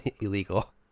illegal